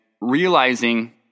realizing